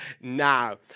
now